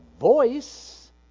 voice